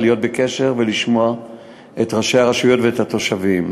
להיות בקשר ולשמוע את ראשי הרשויות ואת התושבים.